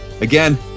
Again